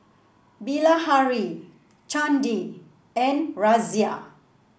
Bilahari Chandi and Razia